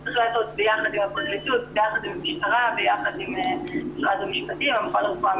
ההנחיה היא ליצור קשר עם הנפגעת או הנפגע,